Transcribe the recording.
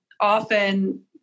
often